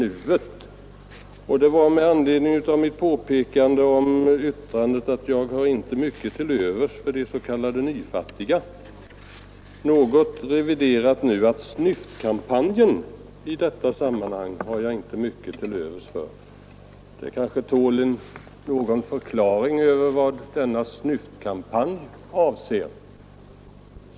Det föranleddes av mitt påpekande om hans yttrande att han inte har mycket till övers för de s.k. nyfattiga, nu reviderat till att han inte har mycket till övers för snyftkampanjen. Det kanske behövs någon förklaring vad denna ”snyftkampanj” avser.